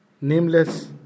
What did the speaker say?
nameless